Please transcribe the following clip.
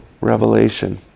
revelation